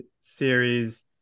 series